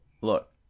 Look